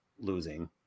losing